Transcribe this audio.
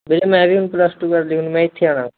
ਬਾਈ ਮੈ ਵੀ ਹੁਣ ਪਲੱਸ ਟੂ ਕਰ ਲਈ ਹੁਣ ਮੈਂ ਇੱਥੇ ਆਉਣਾ